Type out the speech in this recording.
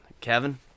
kevin